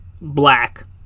Black